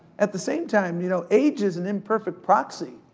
at the same time, you know, age is an imperfect proxy.